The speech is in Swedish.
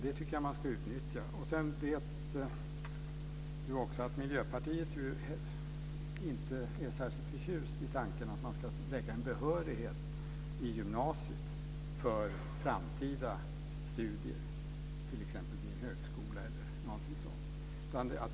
Det tycker jag man ska utnyttja. Yvonne Andersson vet att Miljöpartiet inte är särskilt förtjust i tanken att man ska lägga en behörighet i gymnasiet för framtida studier, t.ex. vid en högskola eller någonting sådant.